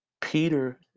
Peter